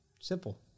Simple